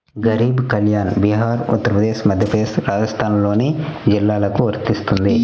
గరీబ్ కళ్యాణ్ బీహార్, ఉత్తరప్రదేశ్, మధ్యప్రదేశ్, రాజస్థాన్లోని జిల్లాలకు వర్తిస్తుంది